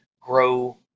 grow